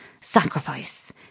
sacrifice